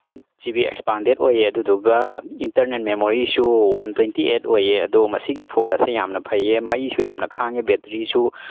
eight G B expanded ꯑꯣꯏꯌꯦ ꯑꯗꯨꯗꯨꯒ internal ꯃꯦꯃꯣꯔꯤꯁꯨ ꯋꯥꯟ ꯇ꯭ꯋꯦꯟꯇꯤ ꯑꯩꯠ ꯑꯣꯏꯌꯦ ꯑꯗꯣ ꯃꯁꯤꯒꯤ ꯐꯣꯟ ꯑꯁꯦ ꯌꯥꯝꯅ ꯐꯩꯌꯦ ꯃꯩꯁꯨ ꯌꯥꯝꯅ ꯈꯥꯡꯉꯦ ꯕꯦꯠꯇ꯭ꯔꯤꯁꯨ